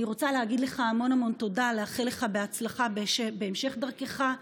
אני רוצה להגיד לך המון המון תודה ולאחל לך בהצלחה בהמשך דרכך.